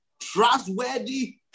trustworthy